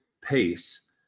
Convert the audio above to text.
pace